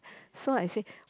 so I say